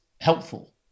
helpful